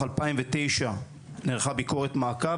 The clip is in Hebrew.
2009 נערכה ביקורת מעקב,